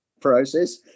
process